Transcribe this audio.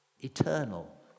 Eternal